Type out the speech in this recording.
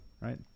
right